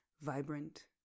vibrant